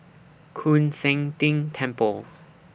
Koon Seng Ting Temple